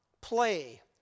play